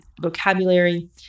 vocabulary